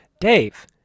Dave